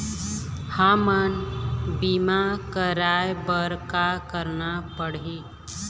हमन बीमा कराये बर का करना पड़ही?